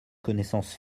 connaissance